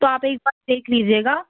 तो आप एक बार देख लीजिएगा